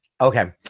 Okay